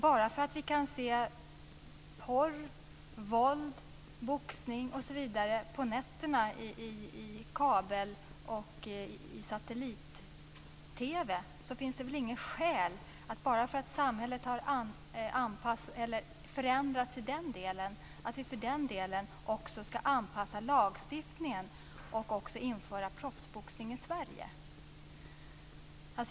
Bara för att vi kan se porr, våld, boxning osv. på nätterna i kabel och satellit-TV, bara för att samhället har förändrats i den delen finns det väl inget skäl att vi också ska anpassa lagstiftningen och införa proffsboxning i Sverige.